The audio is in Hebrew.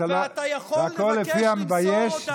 והכול לפי המבייש והמתבייש.